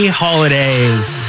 holidays